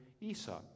Esau